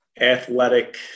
athletic